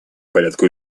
порядку